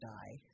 die